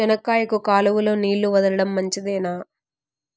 చెనక్కాయకు కాలువలో నీళ్లు వదలడం మంచిదేనా?